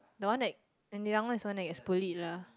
the one that the young one is the one that gets bullied lah